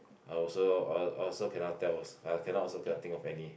I also I I also cannot tell I cannot also cannot think of any